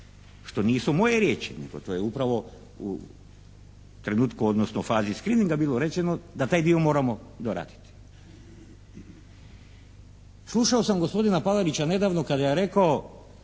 što nisu moje riječi nego to je upravo u trenutku odnosno fazi screeninga bilo rečeno da taj dio moramo doraditi. Slušao sam gospodina Palarića nedavno kada je rekao